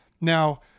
Now